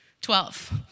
Twelve